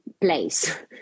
place